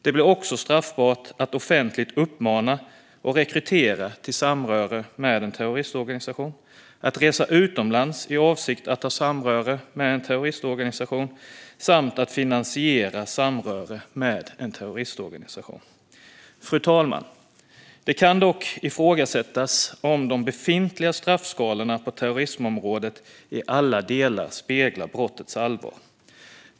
Det blir också "straffbart att offentligt uppmana och rekrytera till samröre med en terroristorganisation, att resa utomlands i avsikt att ha samröre med en terroristorganisation samt att finansiera samröre med en terroristorganisation". Fru talman! Det kan dock ifrågasättas om de befintliga straffskalorna på terrorismområdet i alla delar speglar brottens allvar.